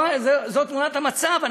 זו תמונת המצב.